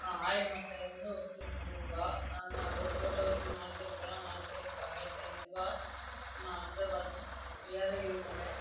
oil massage வந்து ஒருத்தருக்கு நூறுபா ந ஒரு போட் ஹவுஸுக்கு நாலு பேர் போகலாம் நாலு பேருக்கு ஆயிரத்தி ஐநூறுபா அடுத்தது பார்த்திங்கன்னா ஏலகிரி மலை